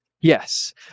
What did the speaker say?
Yes